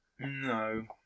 No